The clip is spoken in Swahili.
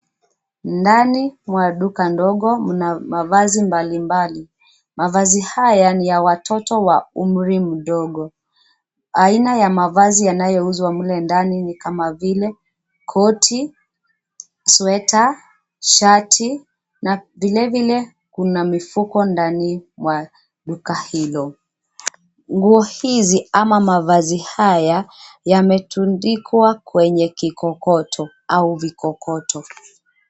Ndani mwa duka ndogo , na mavazi mbalimbali. Mavazi haya ni ya watoto wa umri mdogo. Aina ya mavazi yanayouzwa mle ndani ni kama vile koti, sweta, shati, na vile vile kuna mifuko ndani mwa duka hilo. Ngu hizi ama mavazi haya , yametundikwa kwenye kikokoto au vikokoto.